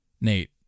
Nate